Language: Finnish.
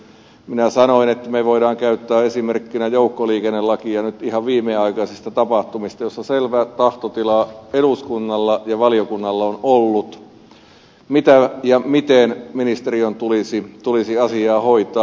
minä sanoin että me voimme käyttää nyt ihan viimeaikaisista tapahtumista joukkoliikennelakia esimerkkinä jossa selvä tahtotila eduskunnalla ja valiokunnalla on ollut miten ministeriön tulisi asiaa hoitaa